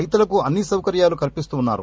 రైతులకు అన్ని సౌకర్యాలు కల్పిస్తున్నారు